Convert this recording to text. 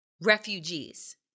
refugees